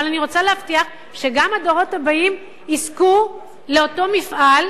אבל אני רוצה להבטיח שגם הדורות הבאים יזכו לאותו מפעל,